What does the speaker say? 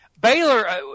Baylor